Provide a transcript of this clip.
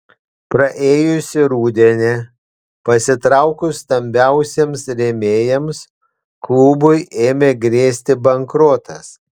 praėjusį rudenį pasitraukus stambiausiems rėmėjams klubui ėmė grėsti bankrotas